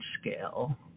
scale